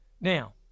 Now